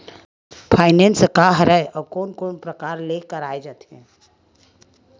Finance का हरय आऊ कोन कोन प्रकार ले कराये जाथे?